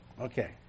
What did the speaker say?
Okay